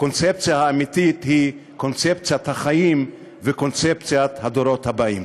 הקונספציה האמיתית היא קונספציית החיים וקונספציית הדורות הבאים.